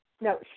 No